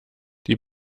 die